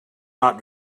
not